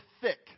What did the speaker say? thick